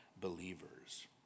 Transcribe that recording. believers